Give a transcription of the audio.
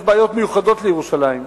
יש בעיות מיוחדות לירושלים,